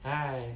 !haiya!